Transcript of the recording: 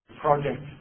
project